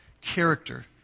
character